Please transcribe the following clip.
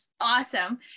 awesome